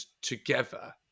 together